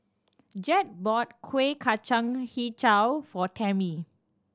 Jett bought Kuih Kacang Hijau for Tammie